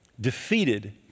defeated